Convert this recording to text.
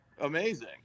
amazing